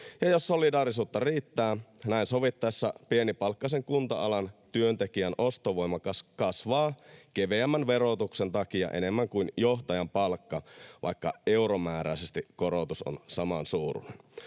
Ja jos solidaarisuutta riittää, näin sovittaessa pienipalkkaisen kunta-alan työntekijän ostovoima kasvaa keveämmän verotuksen takia enemmän kuin johtajan palkka, vaikka euromääräisesti korotus on samansuuruinen.